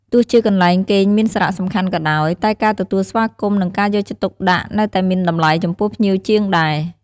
ទោះជាកន្លែងគេងមានសារៈសំខាន់ក៏ដោយ តែការទទួលស្វាគមន៍ និងការយកចិត្តទុកដាក់នៅតែមានតម្លៃចំពោះភ្ញៀវជាងដែរ។